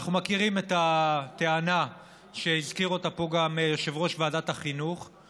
אנחנו מכירים את הטענה שהזכיר פה גם יושב-ראש ועדת החינוך,